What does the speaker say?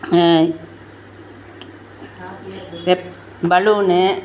web balloon